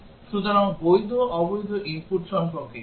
সুতরাং বৈধ অবৈধ ইনপুট সম্পর্কে কী